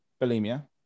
bulimia